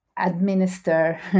administer